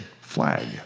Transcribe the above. flag